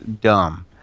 dumb